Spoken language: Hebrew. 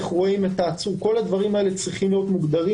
איך רואים אותו כל הדברים הללו צריכים להיות מוגדרים.